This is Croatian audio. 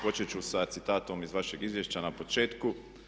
Počet ću sa citatom iz vašeg izvješća na početku.